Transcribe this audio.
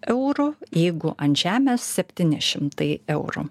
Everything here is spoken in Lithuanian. eurų jeigu ant žemės septyni šimtai eurų